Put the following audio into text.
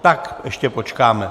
Tak ještě počkáme...